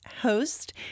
host